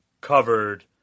covered